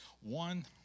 One